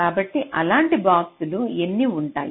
కాబట్టి అలాంటి బాక్సులు ఎన్ని ఉంటాయి